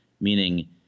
meaning